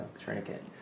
tourniquet